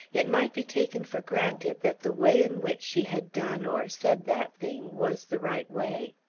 it might be taken for granted that the way in which she had done or said that thing was the right way.